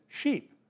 sheep